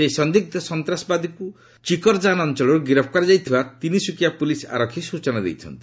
ସେହି ସନ୍ଦିଗ୍ଧ ସନ୍ତାସବାଦୀକୁ ଚିକରଜାନ ଅଞ୍ଚଳରୁ ଗିରଫ କରାଯାଇଥିବା ତିନିସୁକିଆ ପୁଲିସ ଆରକ୍ଷୀ ସ୍ଟଚନା ଦେଇଛନ୍ତି